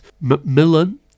Macmillan